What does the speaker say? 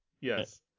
Yes